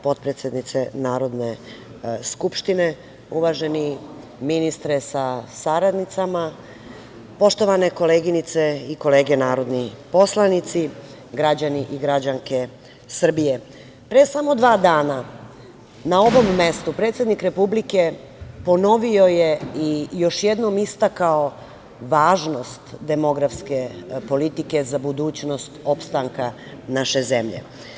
Potpredsednice Narodne skupštine, uvaženi ministre sa saradnicama, poštovane koleginice i kolege narodni poslanici, građani i građanke Srbije, pre samo dva dana na ovom mestu predsednik Republike ponovio je i još jednom istakao važnost demografske politike za budućnost opstanka naše zemlje.